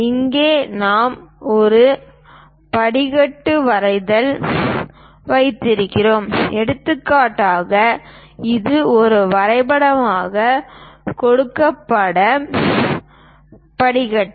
இங்கே நாம் ஒரு படிக்கட்டு வரைதல் வைத்திருக்கிறோம் எடுத்துக்காட்டாக இது ஒரு வரைபடமாக கொடுக்கப்பட்ட படிக்கட்டு